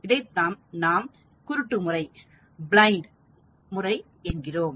இதைத்தான் நாம் குருட்டு முறை என்கிறோம்